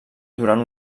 durant